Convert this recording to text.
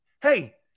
Hey